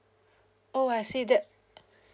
oh I see that